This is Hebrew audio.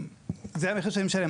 וזה המחיר שאני משלם.